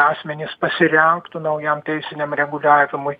asmenys pasirengtų naujam teisiniam reguliavimui